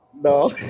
no